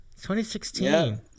2016